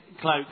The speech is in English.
cloak